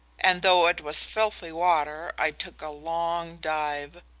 and though it was filthy water i took a long dive.